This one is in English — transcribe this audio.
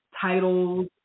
titles